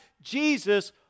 Jesus